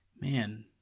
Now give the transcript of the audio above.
Man